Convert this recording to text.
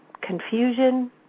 Confusion